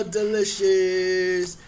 delicious